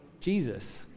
Jesus